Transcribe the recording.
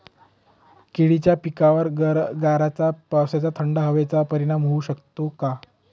केळी पिकावर गाराच्या पावसाचा, थंड हवेचा परिणाम होऊ शकतो का?